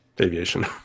aviation